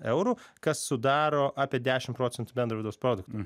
eurų kas sudaro apie dešimt procentų bendro vidaus produkto